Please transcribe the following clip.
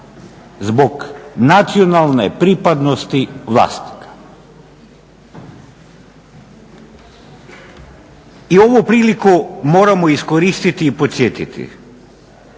zbog nacionalne pripadnosti vlasnika. I ovu priliku moramo iskoristiti i podsjetiti